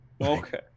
Okay